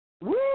Woo